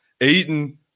Aiden